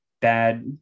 bad